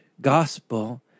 gospel